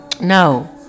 no